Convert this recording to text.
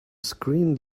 screen